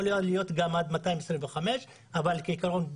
יכולה להיות גם עד 225 מ' אבל כעיקרון,